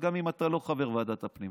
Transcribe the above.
גם אם אתה לא חבר ועדת הפנים.